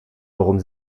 warum